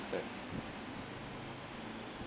spend